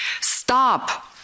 Stop